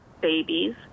babies